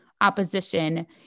opposition